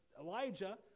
Elijah